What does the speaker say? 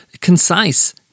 concise